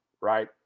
right